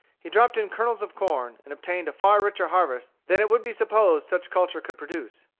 he dropped in kernels of corn, and obtained a far richer harvest than it would be supposed such culture could produce.